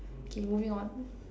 okay moving on